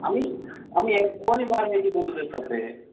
আমি আমি এক্ষুনি বার হয়েছি বন্ধুদের সাথে